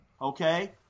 okay